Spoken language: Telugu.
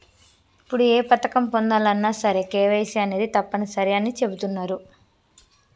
ఇప్పుడు ఏ పథకం పొందాలన్నా సరే కేవైసీ అనేది తప్పనిసరి అని చెబుతున్నరు